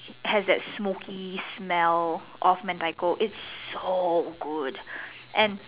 has that smoky smell of Mentaiko it's so good and